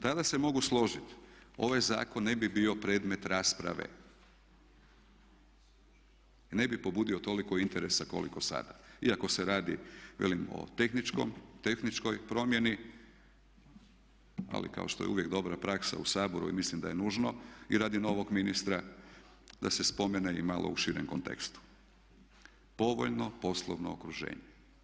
Tada se mogu složiti ovaj zakon ne bi bio predmet rasprave i ne bi pobudio toliko interesa koliko sada, iako se radi velim o tehničkoj promjeni ali kao što je uvijek dobra praksa u Saboru i mislim da je nužno i radi novog ministra da se spomene i u malo širem kontekstu povoljno poslovno okruženje.